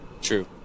true